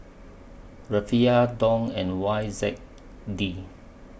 Rufiyaa Dong and Y Z D